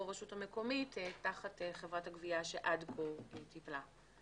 הרשות המקומית תחת חברת הגבייה שעד כה טיפלה.